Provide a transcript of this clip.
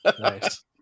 Nice